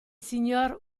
signor